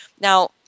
Now